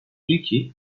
ilki